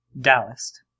Dallas